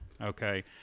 Okay